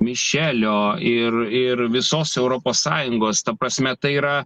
mišelio ir ir visos europos sąjungos ta prasme tai yra